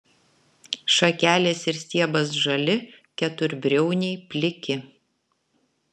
šakelės ir stiebas žali keturbriauniai pliki